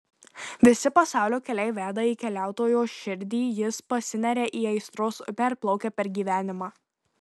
visi pasaulio keliai veda į keliautojo širdį jis pasineria į aistros upę ir plaukia per gyvenimą